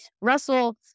Russell